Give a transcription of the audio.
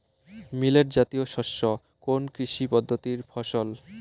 Millet জাতীয় শস্য কোন কৃষি পদ্ধতির ফসল?